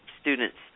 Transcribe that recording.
students